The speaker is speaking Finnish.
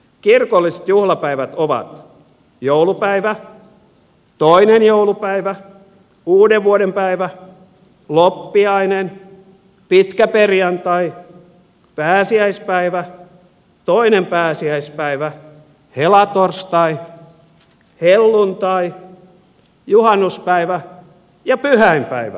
kirkolliset juhlapäivät ovat joulupäivä toinen joulupäivä uudenvuodenpäivä loppiainen pitkäperjantai pääsiäispäivä toinen pääsiäispäivä helatorstai helluntai juhannuspäivä ja pyhäinpäivä